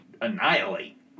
annihilate